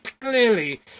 clearly